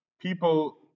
people